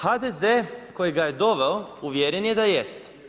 HDZ koji ga je doveo, uvjeren je da jest.